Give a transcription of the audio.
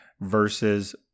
versus